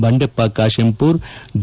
Bandeppa Kashempur D